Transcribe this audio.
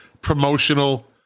promotional